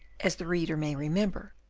as the reader may remember,